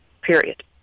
period